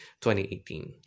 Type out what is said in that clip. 2018